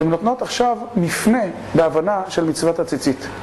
הם נותנות עכשיו מפנה בהבנה של מצוות הציצית